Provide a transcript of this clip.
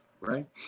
Right